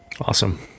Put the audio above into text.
awesome